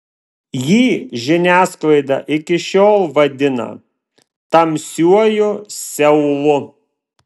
jį žiniasklaida iki šiol vadina tamsiuoju seulu